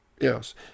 yes